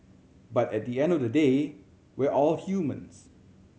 but at the end of the day we're all humans